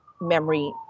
memory